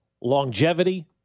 Longevity